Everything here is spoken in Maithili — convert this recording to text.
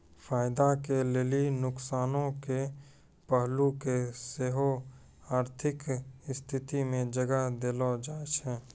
फायदा के लेली नुकसानो के पहलू के सेहो आर्थिक स्थिति मे जगह देलो जाय छै